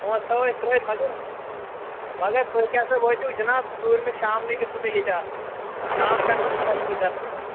پۅنٛسہٕ تھاوَو أسۍ ترٛٲوِتھ مگر مگر تُہۍ کیٛاہ سا وٲتِو جِناب ژوٗرِمہِ شامنٕے گژھِو تُہۍ ییٚتہِ آسٕنۍ شام پٮ۪ٹھٕے چھِ محفِل گَرٕماوٕنۍ